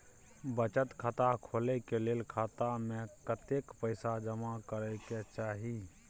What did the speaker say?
बचत खाता खोले के लेल खाता में कतेक पैसा जमा करे के चाही?